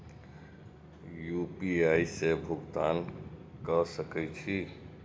UPI से भुगतान क सके छी?